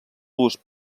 durs